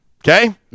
Okay